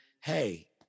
hey